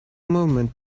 movement